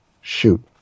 shoot